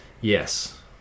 yes